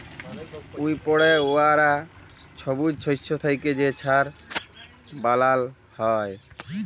উইপড়ে যাউয়া ছবুজ শস্য থ্যাইকে যে ছার বালাল হ্যয়